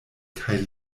kaj